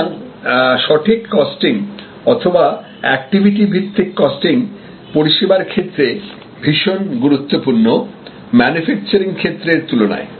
সুতরাং সঠিক কস্টিং অথবা অ্যাক্টিভিটি ভিত্তিক কস্টিং পরিসেবার ক্ষেত্রে ভীষণ গুরুত্বপূর্ণ ম্যানুফ্যাকচারিং ক্ষেত্রের তুলনায়